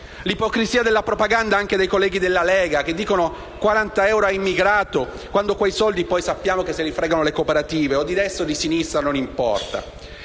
L'ipocrisia della propaganda riguarda anche colleghi della Lega, che dicono «40 euro a immigrato» quando quei soldi sappiamo che poi se li fregano le cooperative (o di destra o di sinistra, non importa).